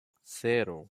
cero